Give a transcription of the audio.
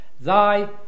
thy